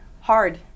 hard